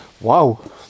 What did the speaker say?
Wow